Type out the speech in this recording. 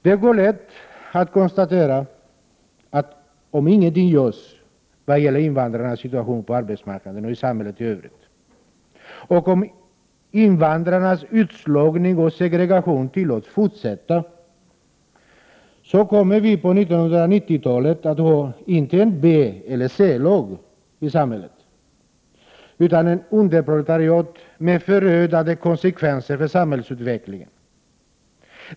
Det är lätt att konstatera att om ingenting görs när det gäller invandrarnas situation på arbetsmarknaden och i samhället i övrigt och om invandrarnas utslagning och segregation tillåts fortsätta, kommer vi på 90-talet att ha inte ett B eller C-lag i samhället utan ett underproletariat, vilket får förödande konsekvenser för samhällsutvecklingen.